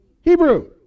Hebrew